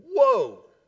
Whoa